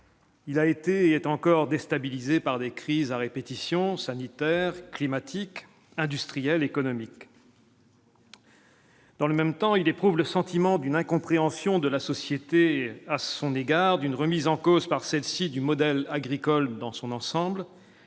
Il a été et est encore déstabilisée par des crises à répétition sanitaire climatique industrielle économique. Dans le même temps, il éprouve le sentiment d'une incompréhension de la société à son égard d'une remise en cause par celle-ci du modèle agricole dans son ensemble,